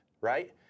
right